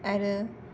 आरो